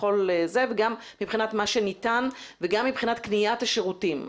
גם מבחינת מה שניתן וגם מבחינת קניית השירותים.